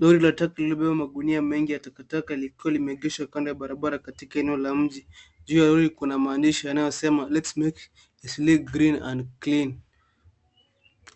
Lori la taka lilobeba magunia mengi ya takataka likiwa limeegeshwa kando ya barabara katika eneo la mji. Juu ya lori kuna maandishi yanayosema Let's make Eastleigh green and clean .